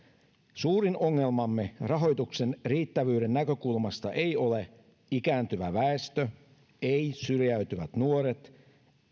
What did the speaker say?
suurin ongelmamme rahoituksen riittävyyden näkökulmasta ei ole ikääntyvä väestö ei syrjäytyvät nuoret